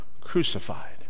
crucified